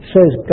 Says